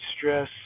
stress